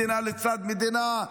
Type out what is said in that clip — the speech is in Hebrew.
מדינה לצד מדינה,